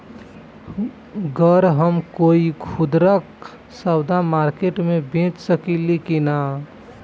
गर हम कोई खुदरा सवदा मारकेट मे बेच सखेला कि न?